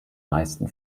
meisten